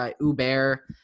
Uber